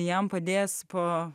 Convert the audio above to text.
jam padės po